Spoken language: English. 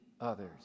others